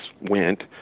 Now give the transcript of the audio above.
went